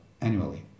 annually